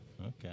Okay